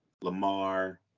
Lamar